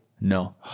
No